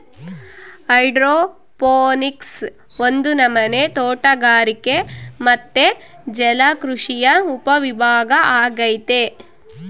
hydroponics ಒಂದು ನಮನೆ ತೋಟಗಾರಿಕೆ ಮತ್ತೆ ಜಲಕೃಷಿಯ ಉಪವಿಭಾಗ ಅಗೈತೆ